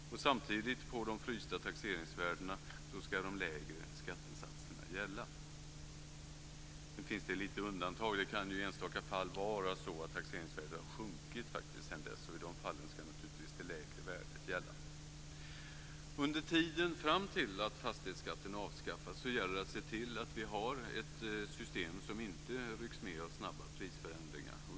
Samtidigt med de frysta taxeringsvärdena ska de lägre skattesatserna gälla. Nu finns det en del undantag. Det kan i enstaka fall vara så att taxeringsvärdet har sjunkit sedan dess, och i dessa fall ska naturligtvis det lägre värdet gälla. Under tiden fram till dess att fastighetsskatten avskaffas gäller det att se till att vi har ett system som inte rycks med av snabba prisförändringar.